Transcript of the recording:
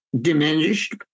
diminished